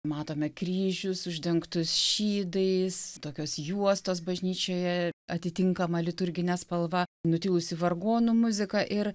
matome kryžius uždengtus šydais tokios juostos bažnyčioje atitinkama liturgine spalva nutilusi vargonų muzika ir